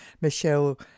Michelle